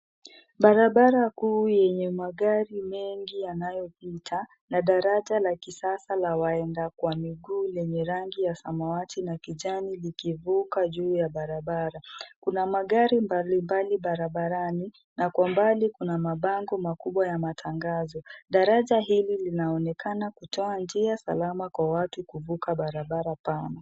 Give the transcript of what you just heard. Barabara kuu enye magari mengi yanayopita na daraja la kisasa la waenda kwa miguu lenye rangi ya samawati na kijani likivuka juu ya barabara, kuna magari mbali mbali barabarani na kwa mbali kuna mabango makubwa ya matangazo, daraja hili linaonekana kutoa njia salama kwa watu kuvuka barabara pana.